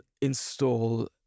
install